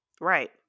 Right